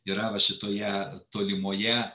yra va šitoje tolimoje